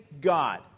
God